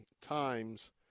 times